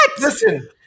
Listen